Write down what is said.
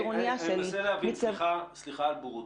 סליחה על הבורות,